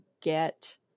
get